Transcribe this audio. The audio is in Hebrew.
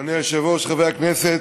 אדוני היושב-ראש, חברי הכנסת,